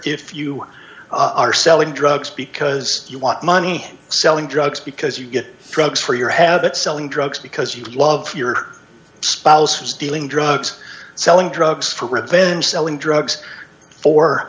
if you are selling drugs because you want money selling drugs because you get drugs for your habit selling drugs because you love your spouse was dealing drugs selling drugs for revenge selling drugs for